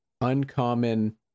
uncommon